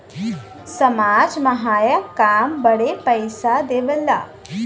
समाज सहायक काम बदे पइसा देवेला